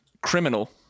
criminal